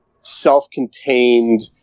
self-contained